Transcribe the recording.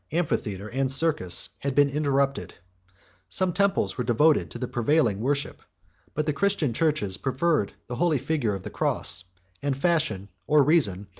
amphitheatre, and circus, had been interrupted some temples were devoted to the prevailing worship but the christian churches preferred the holy figure of the cross and fashion, or reason,